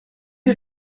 dir